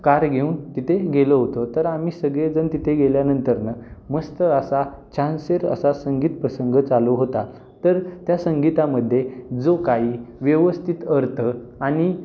car घेऊन तिथे गेलो होतो तर आम्ही सगळेजण तिथे गेल्यानंतर ना मस्त असा छानसर असा संगीत प्रसंग चालू होता तर त्या संगीतामध्ये जो काही व्यवस्थित अर्थ आणि